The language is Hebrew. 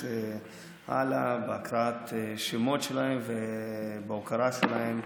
הלאה בהקראת השמות שלהם ובהוקרה להם.